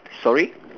sorry